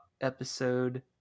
episode